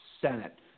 Senate